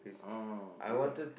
hmm even